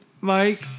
Mike